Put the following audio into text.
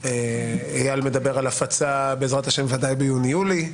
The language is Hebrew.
אייל מדבר על הפצה בעזרת ה' ודאי ביוני יולי.